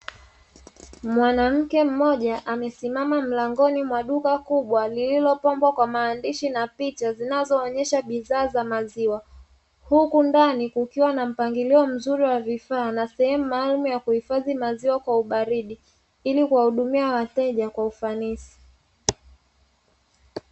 Mwanamke mmoja amesimama mlangoni mwa duka kubwa lililopambwa kwa maandishi na picha zinazoonyesha bidhaa za maziwa, huku ndani kukiwa na mpangilio mzuri wa vifaa na sehemu maalumu ya kuhifadhi maziwa kwa ubaridi ili kuwahudumia wateja kwa ufanisi.